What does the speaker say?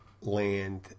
land